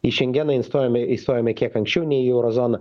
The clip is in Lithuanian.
į šengeną instojome įstojome kiek anksčiau nei į euro zoną